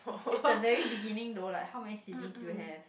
this is the very beginning though like how many siblings do you have